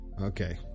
Okay